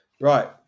Right